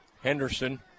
Henderson